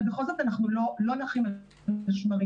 אבל בכל זאת אנחנו לא נחים על השמרים.